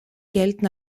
gelten